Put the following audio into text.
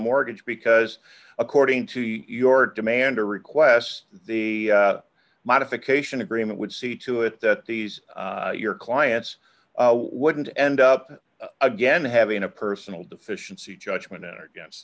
mortgage because according to your demand or request the modification agreement would see to it that these your clients wouldn't end up again having a personal deficiency judgment against